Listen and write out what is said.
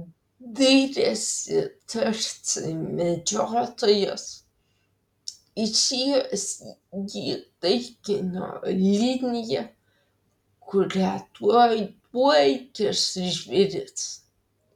dairėsi tarsi medžiotojas išėjęs į taikinio liniją kurią tuoj tuoj kirs žvėris